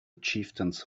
chieftains